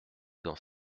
dans